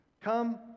come